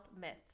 Myths